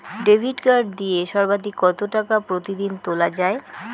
Debit card দিয়ে সর্বাধিক কত টাকা প্রতিদিন তোলা য়ায়?